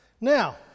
Now